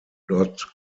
not